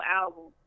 album